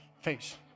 face